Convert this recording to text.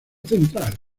central